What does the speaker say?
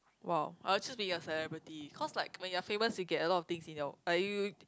!wow! I'll just be your celebrity cause like when you are famous you get a lot of things in your uh you you